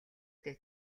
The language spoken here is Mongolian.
дээ